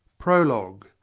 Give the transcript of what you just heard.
prologue,